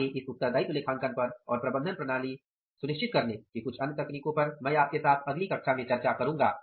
आगे इस उत्तरदायित्व लेखांकन पर और प्रबंधन नियंत्रण प्रणाली सुनिश्चित करने की कुछ अन्य तकनीकों पर मैं आपके साथ अगली कक्षा में चर्चा करूंगा